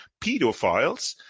pedophiles